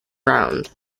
round